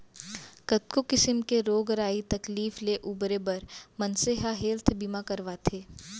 कतको किसिम के रोग राई तकलीफ ले उबरे बर मनसे ह हेल्थ बीमा करवाथे